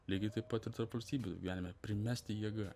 lygiai taip pat ir tarp valstybių gyvenime primesti jėga